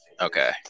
Okay